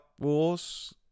Wars